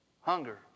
Hunger